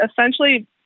essentially